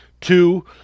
Two